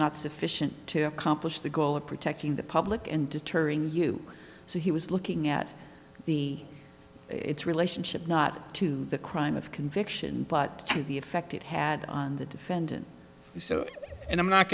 not sufficient to accomplish the goal of protecting the public and deterring you so he was looking at the its relationship not to the crime of conviction but to the effect it had on the defendant and i'm not